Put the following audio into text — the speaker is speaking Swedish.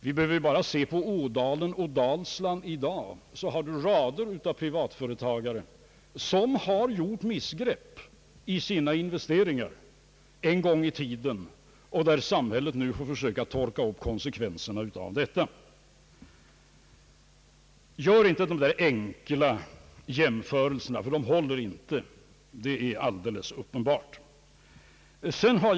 Vi behöver bara se på Ådalen och Dalsland i dag så finner vi rader av privatföretagare som har gjort missgrepp i sina investeringar en gång i tiden och där samhället nu får försöka »torka upp» konsekvenserna av dessa missgrepp. Gör inte sådana enkla jämförelser, ty de håller uppenbarligen inte!